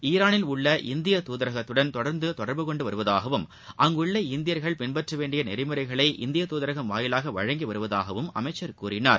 ஈரானில் உள்ள இந்திய துதரகத்துடன் தொடர்ந்து தொடர்பு கொண்டு வருவதாகவும் அங்குள்ள இந்தியர்கள் பின்பற்ற வேண்டிய நெறிமுறைகளை இந்திய துதரகம் வாயிலாக வழங்கி வருவதாகவும் அமைச்சர் கூறினார்